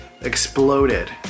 exploded